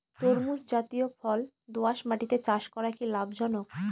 তরমুজ জাতিয় ফল দোঁয়াশ মাটিতে চাষ করা কি লাভজনক?